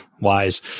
Wise